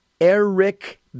Eric